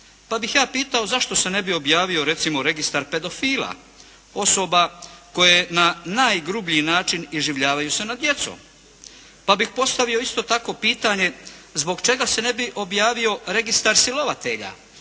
Pa bih ja pitao, zašto se ne bi objavio recimo registar pedofila, osoba koje na najgrublji način iživljavaju se nad djecom. Pa bih postavio isto tako pitanje, zbog čega se ne bi objavio registar silovatelja,